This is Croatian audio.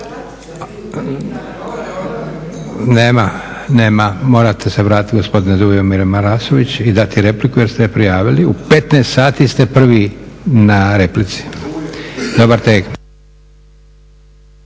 se./… Nema, morate se vratiti gospodine Dujomire Marasović i dati repliku jer ste je prijavili. U 15,00 sati ste prvi na replici. Dobar tek!